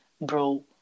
bro